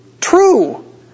True